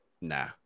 Nah